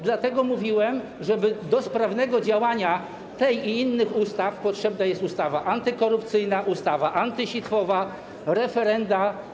Dlatego mówiłem, że do sprawnego działania tej i innych ustaw potrzebna jest ustawa antykorupcyjna, ustawa antysitwowa, referenda.